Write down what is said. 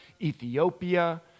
Ethiopia